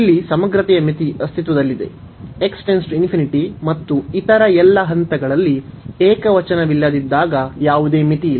ಇಲ್ಲಿ ಸಮಗ್ರತೆಯ ಮಿತಿ ಅಸ್ತಿತ್ವದಲ್ಲಿದೆ ಮತ್ತು ಇತರ ಎಲ್ಲ ಹಂತಗಳಲ್ಲಿ ಏಕವಚನವಿಲ್ಲದಿದ್ದಾಗ ಯಾವುದೇ ಮಿತಿಯಿಲ್ಲ